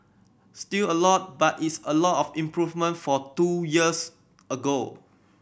still a lot but it's a lot of improvement for two years ago